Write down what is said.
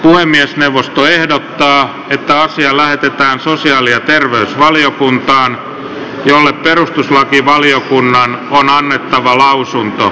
puhemiesneuvosto ehdottaa että asia lähetetään sosiaali ja terveysvaliokuntaan jolle perustuslakivaliokunnan on annettava lausunto